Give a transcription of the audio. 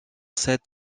cet